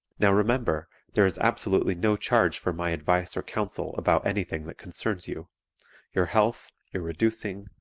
now remember, there is absolutely no charge for my advice or counsel about anything that concerns you your health, your reducing,